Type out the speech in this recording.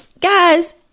Guys